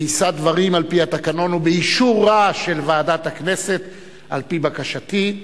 שיישא דברים על-פי התקנון ובאישורה של ועדת הכנסת על-פי בקשתי,